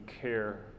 care